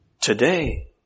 today